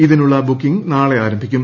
ഇതിനുള്ള ബുക്കിംഗ് നാളെ ആരംഭിക്കും